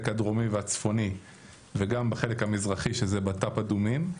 הדרומי והצפוני וגם בחלק המזרחי שזה בט"פ אדומים.